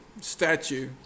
statue